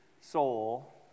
soul